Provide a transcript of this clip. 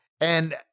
And-